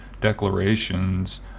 declarations